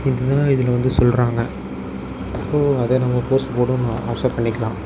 இதுதான் இதில் வந்து சொல்கிறாங்க ஸோ அதை நம்ம போஸ்ட் போடணுன்னு ஆசை பண்ணிக்கலாம்